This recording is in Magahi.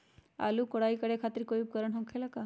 आलू के कोराई करे खातिर कोई उपकरण हो खेला का?